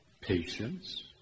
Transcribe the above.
patience